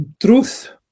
truth